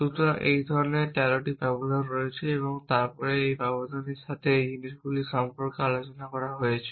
সুতরাং এই ধরনের 13টি ব্যবধান রয়েছে এবং তারপরে একটি ব্যবধানের সাথে এই জিনিসগুলি সম্পর্কে আলোচনা রয়েছে